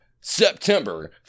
september